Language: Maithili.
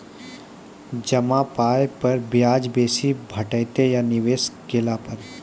जमा पाय पर ब्याज बेसी भेटतै या निवेश केला पर?